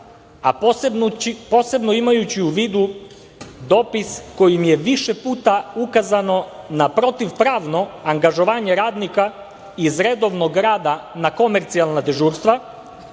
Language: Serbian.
a posebno imajući u vidu dopis kojim je više puta ukazano na protiv pravno angažovanje radnika iz redovnog rada na komercijalna dežurstva,